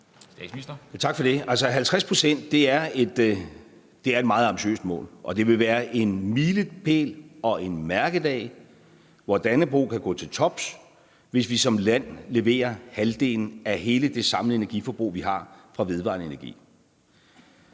Tak for det. Altså, 50 pct. er et meget ambitiøst mål, og det vil være en milepæl og en mærkedag, hvor Dannebrog kan gå til tops, hvis vi som land leverer halvdelen af hele det samlede energiforbrug fra vedvarende energi.